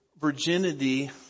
virginity